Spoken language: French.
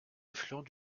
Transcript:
affluent